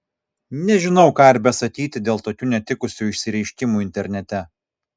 nežinau ką ir besakyti dėl tokių netikusių išsireiškimų internete